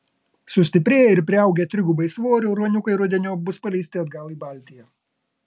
sustiprėję ir priaugę trigubai svorio ruoniukai rudeniop bus paleisti atgal į baltiją